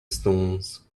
stones